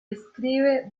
escribe